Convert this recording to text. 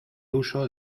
uso